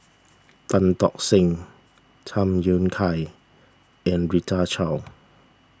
Tan Tock Seng Tham Yui Kai and Rita Chao